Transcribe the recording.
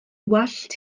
wallt